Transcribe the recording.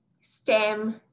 STEM